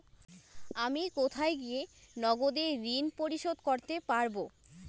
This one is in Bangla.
আমি কোথায় গিয়ে নগদে ঋন পরিশোধ করতে পারবো?